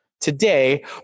Today